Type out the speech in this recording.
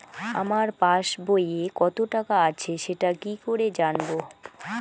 আমার পাসবইয়ে কত টাকা আছে সেটা কি করে জানবো?